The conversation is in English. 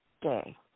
day